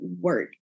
work